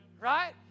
Right